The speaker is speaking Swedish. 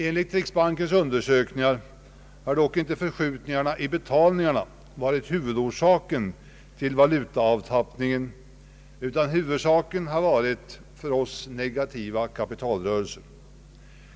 Enligt riksbankens undersökningar har dock inte förskjutningarna i betalningarna varit huvudorsaken till valu taavtappningen, utan den har varit för oss negativa kapitalrörelser.